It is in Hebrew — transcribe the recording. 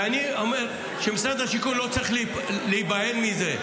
ואני אומר שמשרד השיכון לא צריך להיבהל מזה,